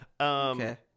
Okay